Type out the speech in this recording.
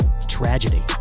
Tragedy